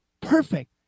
perfect